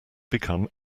become